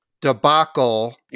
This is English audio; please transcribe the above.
debacle